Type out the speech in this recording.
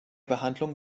behandlung